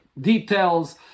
details